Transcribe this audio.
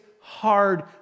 hard